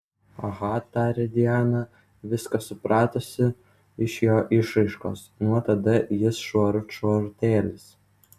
aha tarė diana viską supratusi iš jo išraiškos nuo tada jis švarut švarutėlis